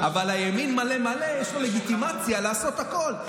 אבל הימין מלא מלא, יש לו לגיטימציה לעשות הכול.